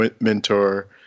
mentor